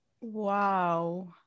Wow